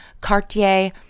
Cartier